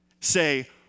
say